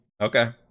Okay